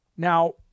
Now